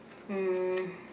um